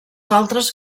altres